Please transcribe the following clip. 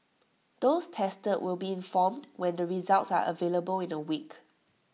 those tested will be informed when the results are available in A week